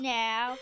now